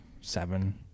seven